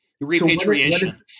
repatriation